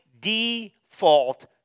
default